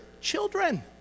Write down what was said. children